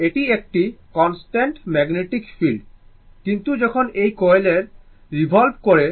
এটি একটি constant magnetic field কিন্তু যখন এই কয়েল রিভল্ভ করে তখন এটির ফ্লাক্স কেটে যায়